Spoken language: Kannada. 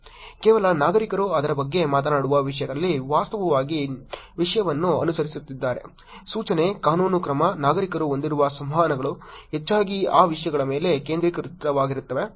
ಕೇವಲ ನಾಗರಿಕರು ಅದರ ಬಗ್ಗೆ ಮಾತನಾಡುವ ವಿಷಯದಲ್ಲಿ ವಾಸ್ತವವಾಗಿ ವಿಷಯವನ್ನು ಅನುಸರಿಸುತ್ತಿದ್ದಾರೆ ಸೂಚನೆ ಕಾನೂನು ಕ್ರಮ ನಾಗರಿಕರು ಹೊಂದಿರುವ ಸಂವಹನಗಳು ಹೆಚ್ಚಾಗಿ ಆ ವಿಷಯಗಳ ಮೇಲೆ ಕೇಂದ್ರೀಕೃತವಾಗಿವೆ